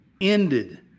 ended